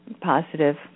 positive